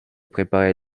préparer